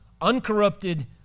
uncorrupted